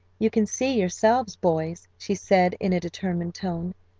you can see yourselves, boys, she said, in a determined tone,